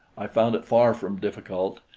i found it far from difficult,